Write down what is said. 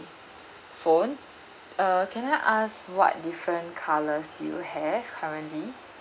phone uh can I ask what different colors do you have currently